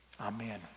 Amen